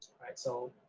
alright so,